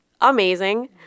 amazing